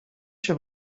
się